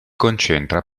concentra